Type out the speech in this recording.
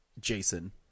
Jason